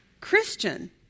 Christian